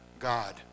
God